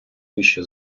вище